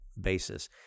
basis